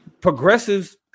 Progressives